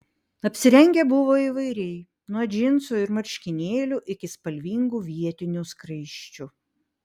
apsirengę buvo įvairiai nuo džinsų ir marškinėlių iki spalvingų vietinių skraisčių